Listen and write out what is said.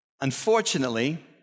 Unfortunately